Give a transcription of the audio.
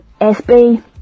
sb